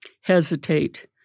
hesitate